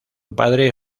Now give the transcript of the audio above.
padre